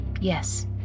Yes